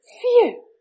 Phew